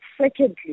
secondly